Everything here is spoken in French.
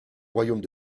royaumes